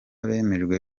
bemejwe